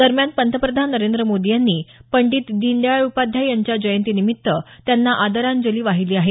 दरम्यान पंतप्रधान नरेंद्र मोदी यांनी पंडित दिनदयाळ उपाध्याय यांच्या जयंतीनिमित्त त्यांना आदरांजली वाहिली आहे